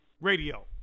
Radio